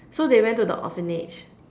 so they went to the orphanage